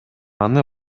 аны